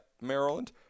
Maryland